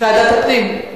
ועדת הפנים.